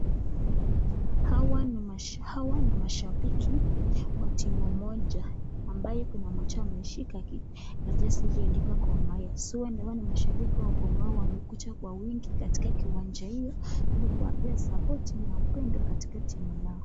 Hawa ni mashabiki wa timu moja ambaye kuna mmoja ameshika karatasi iliandikwa K'Ogalo . Sasa hawa ni mashabiki wa K'Ogalo . Wamekuja kwa wingi katika kiwanja hiyo, ili kuwapea support na upendo katika timu lao.